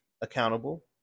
accountable